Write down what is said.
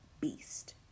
beast